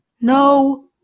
No